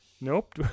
Nope